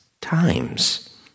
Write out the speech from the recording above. times